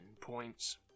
points